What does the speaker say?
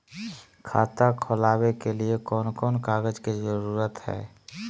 खाता खोलवे के लिए कौन कौन कागज के जरूरत है?